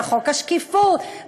וחוק השקיפות,